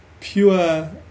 pure